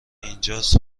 اینجاس